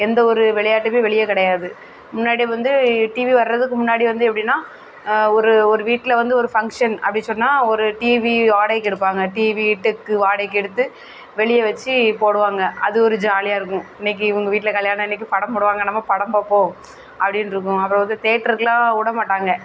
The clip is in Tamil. எந்த ஒரு விளையாட்டுமே வெளியே கிடையாது முன்னாடி வந்து டிவி வர்றதுக்கு முன்னாடி வந்து எப்படின்னா ஒரு ஒரு வீட்டில் வந்து ஒரு ஃபங்ஷன் அப்படி சொன்னால் ஒரு டிவி வாடகைக்கு எடுப்பாங்க டிவி டெக்கு வாடகைக்கு எடுத்து வெளியே வச்சு போடுவாங்க அது ஒரு ஜாலியாக இருக்கும் இன்றைக்கி இவங்க வீட்டில் கல்யாணம் இன்றைக்கி படம் போடுவாங்க நம்ம படம் பார்ப்போம் அப்படின் இருப்போம் அப்போ வந்து தேட்ருக்கெலாம் விடமாட்டாங்க